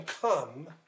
come